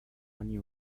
oni